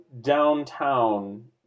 downtown